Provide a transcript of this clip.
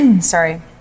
Sorry